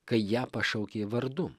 kai ją pašaukė vardu